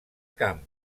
camp